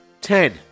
Ten